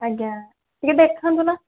ଆଜ୍ଞା ଟିକେ ଦେଖାନ୍ତୁ ନା